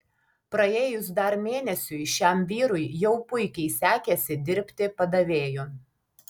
praėjus dar mėnesiui šiam vyrui jau puikiai sekėsi dirbti padavėju